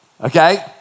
okay